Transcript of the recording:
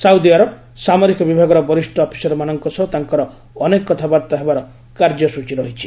Saudi Arab ସାମରିକ ବିଭାଗର ବରିଷ୍ଣ ଅଫିସରମାନଙ୍କ ସହ ତାଙ୍କର ଅନେକ କଥାବାର୍ତ୍ତା ହେବାର କାର୍ଯ୍ୟସ୍ଚୀ ରହିଛି